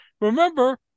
Remember